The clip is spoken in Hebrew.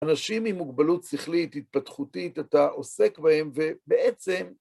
אנשים עם מוגבלות שכלית, התפתחותית, אתה עוסק בהם, ובעצם...